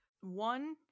one